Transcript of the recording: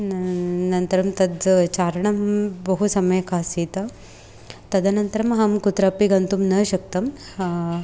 अनन्तरं तत् चारणं बहु सम्यक् आसीत् तदनन्तरम् अहं कुत्रापि गन्तुं न शक्तम्